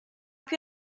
più